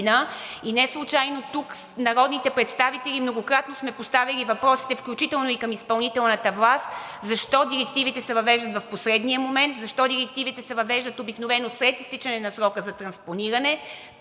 И неслучайно тук народните представители многократно са поставяли въпросите, включително и към изпълнителната власт, защо директивите се въвеждат в последния момент, защо директивите се въвеждат обикновено след изтичане на срока за транспониране?